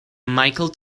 michael